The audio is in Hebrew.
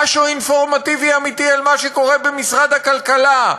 משהו אינפורמטיבי אמיתי על מה שקורה במשרד הכלכלה,